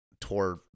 tore